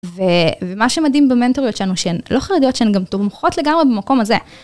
ומה שמדהים במנטוריות שלנו שהן לא חרדיות, שהן גם תומכות לגמרי במקום הזה.